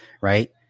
right